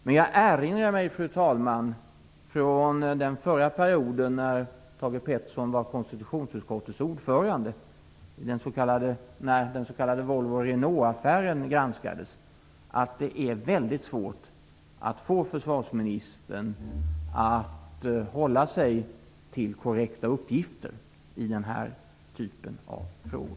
Men från den förra perioden, när Thage Peterson var konstitutionsutskottets ordförande och den s.k. Volvo Renault-affären granskades, erinrar jag mig att det är väldigt svårt att få nuvarande försvarsministern att hålla sig till korrekta uppgifter i den här typen av frågor.